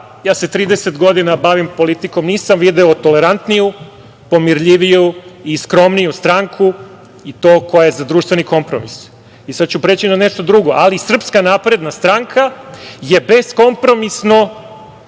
ja se 30 godina bavim politikom, nisam video tolerantniju, pomirljiviju i skromniju stranku i to koja je za društveni kompromis. Sada ću preći na nešto drugo, ali SNS je beskompromisno